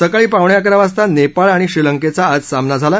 सकाळी पावणे अकरा वाजता नेपाळ आणि श्रीलंकेचा आज सामना झाला